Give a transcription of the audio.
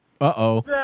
Uh-oh